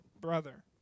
brother